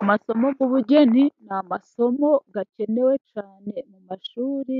Amasomo ku bugeni ni amasomo akenewe cyane mu mashuri.